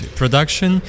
production